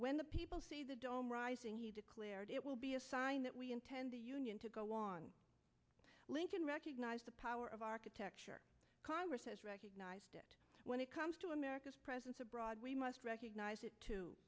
when the people see the dome rising he declared it will be a sign that we intend the union to go on lincoln recognized the power of architecture congress has recognized it when it comes to america's presence abroad we must recognize